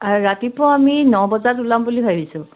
আৰু ৰাতিপুৱা আমি ন বজাত ওলাম বুলি ভাবিছোঁ